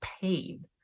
pain